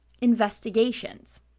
Investigations